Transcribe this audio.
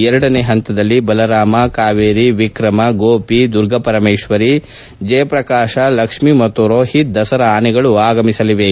ಎರಡನೇ ಪಂತದಲ್ಲಿ ಬಲರಾಮ ಕಾವೇರಿ ಎಕ್ರಮ ಗೋಪಿ ದುರ್ಗಾಪರಮೇಶ್ವರಿ ಜಯಪ್ರಕಾಶ ಲಕ್ಷ್ಮಿ ಮತ್ತು ರೋಹಿತ್ ದಸರಾ ಆನೆಗಳು ಆಗಮಿಸಲಿವೆ